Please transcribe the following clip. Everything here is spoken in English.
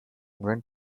went